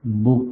Collins book